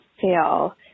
fail